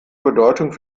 bedeutung